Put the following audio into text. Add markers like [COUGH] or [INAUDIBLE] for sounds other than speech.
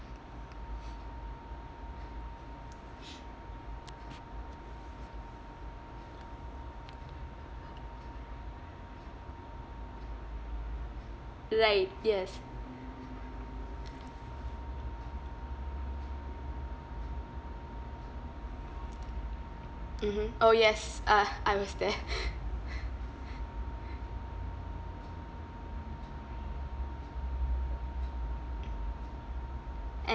right yes mmhmm orh yes uh I was there [LAUGHS]